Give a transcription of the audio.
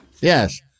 Yes